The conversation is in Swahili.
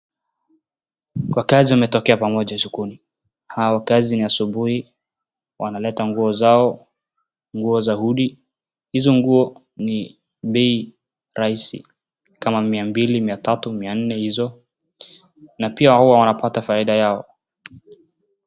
Wakaazi wametokea pamoja sokoni. Hawa kazi ni asubuhi, wanaleta nguo zao, nguo za hudi, hizo nguo ni bei rahisi kama mia mbili, mia tatu, mia nne hizo na pia wao wanapata faida yao.